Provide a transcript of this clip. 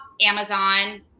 Amazon